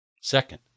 Second